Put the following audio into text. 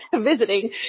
visiting